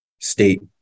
state